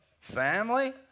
Family